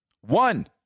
One